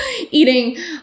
eating